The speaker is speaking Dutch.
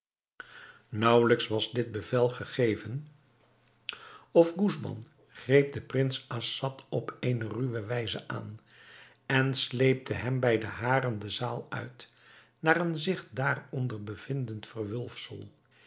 naauwelijks was dit bevel gegeven of gusban greep den prins assad op eene ruwe wijze aan en sleepte hem bij de haren de zaal uit naar een zich daaronder bevindend